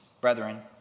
brethren